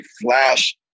flash